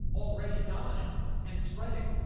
already dominant and spreading.